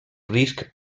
risc